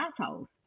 assholes